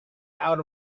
out